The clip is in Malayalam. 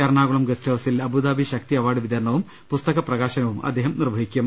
എറണാകുളം ഗസ്റ്റ് ഹൌസിൽ അബുദാബി ശക്തി അവാർഡ് വിതരണവും പുസ്തക പ്രകാശനവും അദ്ദേഹം നിർവ്വഹിക്കും